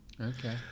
Okay